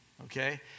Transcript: Okay